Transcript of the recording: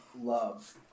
Love